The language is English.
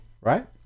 right